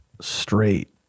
straight